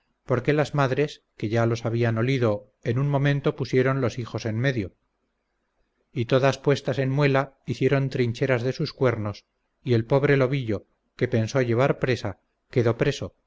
ellas porque las madres que ya los habían olido en un momento pusieron los hijos en medio y todas puestas en muela hicieron trincheras de sus cuernos y el pobre lobillo que pensó llevar presa quedó preso